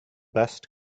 best